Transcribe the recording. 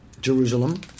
Jerusalem